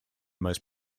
most